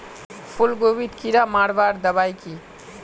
फूलगोभीत कीड़ा मारवार दबाई की?